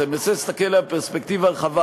ואני מנסה להסתכל עליה בפרספקטיבה רחבה,